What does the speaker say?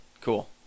Cool